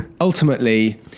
ultimately